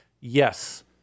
yes